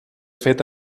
fet